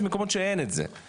יש מקומות שאין את זה,